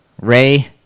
Ray